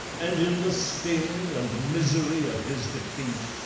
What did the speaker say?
and in the sting and misery of his defeat,